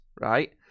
right